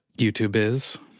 youtube is?